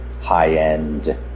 high-end